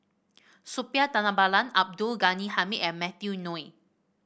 Suppiah Dhanabalan Abdul Ghani Hamid and Matthew Ngui